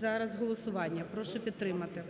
зараз голосування. Прошу підтримати.